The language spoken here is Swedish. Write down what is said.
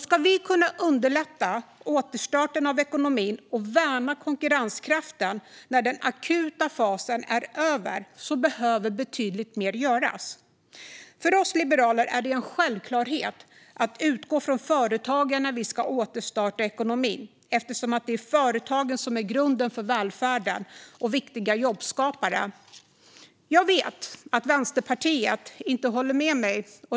Ska vi kunna underlätta återstarten av ekonomin och värna konkurrenskraften när den akuta fasen är över behöver betydligt mer göras. För oss liberaler är det en självklarhet att utgå från företagen när vi ska återstarta ekonomin, eftersom det är företagen som är grunden för välfärden och viktiga jobbskapare. Jag vet att Vänsterpartiet inte håller med mig.